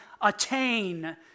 attain